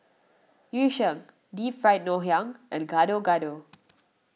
Yu Sheng Deep Fried Ngoh Hiang and Gado Gado